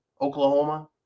Oklahoma